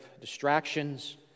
distractions